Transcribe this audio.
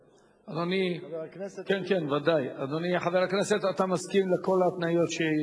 אדוני חבר הכנסת, אתה מסכים לכל ההתניות?